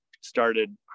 started